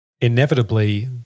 inevitably